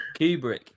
Kubrick